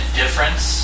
difference